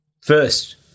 first